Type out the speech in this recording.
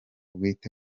bwite